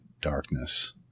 darkness